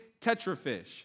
tetrafish